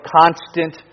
constant